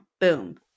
Boom